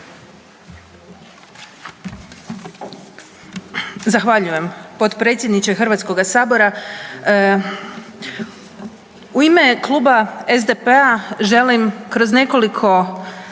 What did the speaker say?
Zahvaljujem potpredsjedniče Hrvatskoga sabora. U ime Kluba SDP-a želim kroz nekoliko